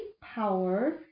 power